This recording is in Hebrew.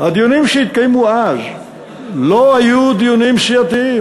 הדיונים שהתקיימו אז לא היו דיונים סיעתיים.